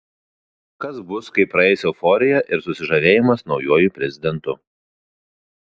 kas bus kai praeis euforija ir susižavėjimas naujuoju prezidentu